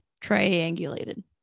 triangulated